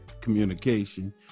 communication